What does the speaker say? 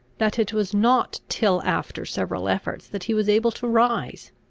that it was not till after several efforts that he was able to rise.